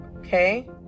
okay